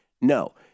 No